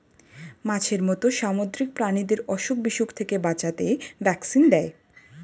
মাছের মত সামুদ্রিক প্রাণীদের অসুখ বিসুখ থেকে বাঁচাতে ভ্যাকসিন দেয়